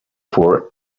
for